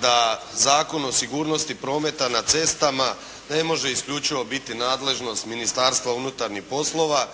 da Zakon o sigurnosti prometa na cestama ne može isključivo biti nadležnost Ministarstva unutarnjih poslova